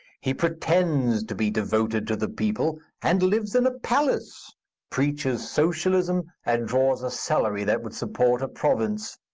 he pretends to be devoted to the people, and lives in a palace preaches socialism, and draws a salary that would support a province.